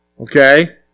Okay